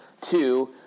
Two